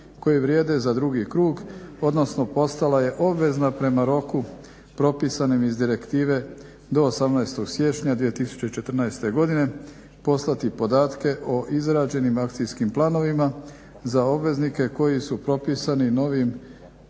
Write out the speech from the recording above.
koji vrijede za drugi krug, odnosno postala je obvezna prema roku propisanim iz direktive do 18. siječnja 2014. godine poslati podatke o izrađenim akcijskim planovima za obveznike koji su propisani novim,